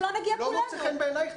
לא נגיע --- לא מוצא חן בעינייך,